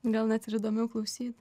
gal net ir įdomiau klausyti